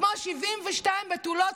כמו 72 בתולות,